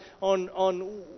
on